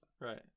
right